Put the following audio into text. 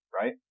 right